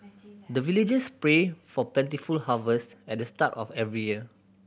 the villagers pray for plentiful harvest at the start of every year